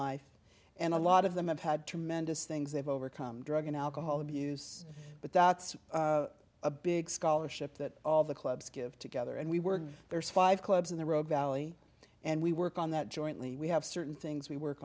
life and a lot of them have had tremendous things they've overcome drug and alcohol abuse but that's a big scholarship that all the clubs give together and we were there's five clubs in the road valley and we work on that jointly we have certain things we work